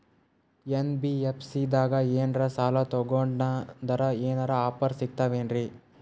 NBFC ದಾಗ ಏನ್ರ ಸಾಲ ತೊಗೊಂಡ್ನಂದರ ಏನರ ಆಫರ್ ಸಿಗ್ತಾವೇನ್ರಿ?